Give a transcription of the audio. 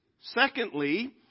Secondly